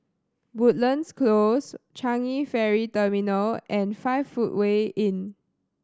Woodlands Close Changi Ferry Terminal and Five Footway Inn